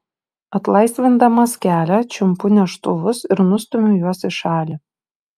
atlaisvindamas kelią čiumpu neštuvus ir nustumiu juos į šalį